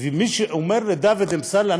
ומי שאומר לדוד אמסלם,